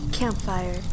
Campfire